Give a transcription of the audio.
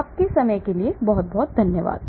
आपके समय के लिए बहुत बहुत धन्यवाद